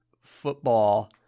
football